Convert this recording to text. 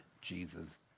Jesus